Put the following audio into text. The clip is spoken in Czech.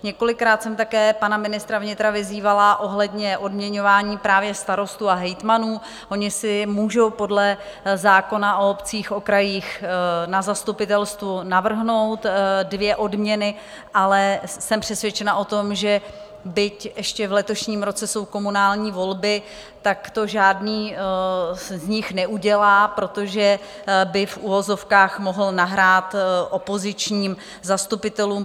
Několikrát jsem také pana ministra vnitra vyzývala ohledně odměňování právě starostů a hejtmanů, oni si můžou podle zákona o obcích, o krajích na zastupitelstvu navrhnout dvě odměny, ale jsem přesvědčena o tom, že byť ještě v letošním roce jsou komunální volby, tak to žádný z nich neudělá, protože by v uvozovkách mohl nahrát opozičním zastupitelům.